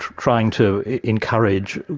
trying to encourage,